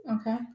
Okay